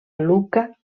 lucca